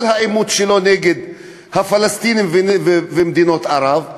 העימות שלו נגד הפלסטינים ומדינות ערב,